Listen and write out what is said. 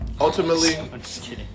Ultimately